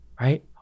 right